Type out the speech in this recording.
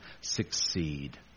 succeed